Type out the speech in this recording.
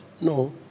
No